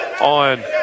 on